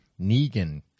Negan